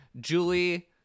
Julie